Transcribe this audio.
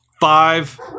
five